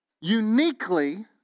Uniquely